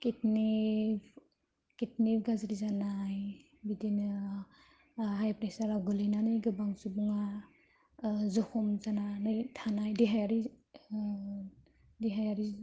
किदनि किदनि गाज्रि जानाय बिदिनो हाइ प्रेसार आव गोलैनानै गोबां सुबुङा जखम जानानै थानाय देहायारि